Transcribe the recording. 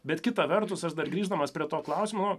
bet kita vertus aš dar grįždamas prie to klausimo